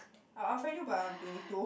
I'll unfriend you but I'm twenty two